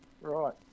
Right